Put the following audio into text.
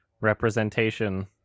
Representation